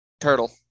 Turtle